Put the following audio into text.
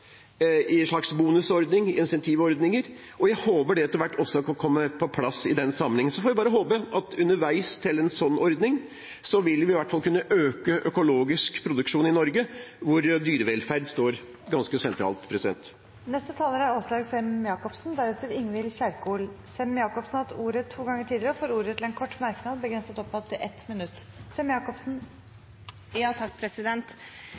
i en slags bonusordning, incentivordninger, og jeg håper det etter hvert kan komme på plass i den sammenheng. Så får vi bare håpe at underveis til en slik ordning vil vi i hvert fall kunne øke økologisk produksjon i Norge, hvor dyrevelferd står ganske sentralt. Åslaug Sem-Jacobsen har hatt ordet to ganger tidligere i debatten og får ordet til en kort merknad, begrenset til 1 minutt.